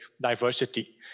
diversity